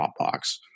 Dropbox